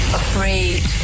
afraid